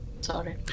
sorry